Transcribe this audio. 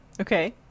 okay